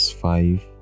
five